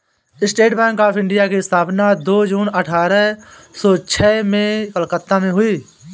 state bank of India की स्थापना दो जून अठारह सो छह में कलकत्ता में हुई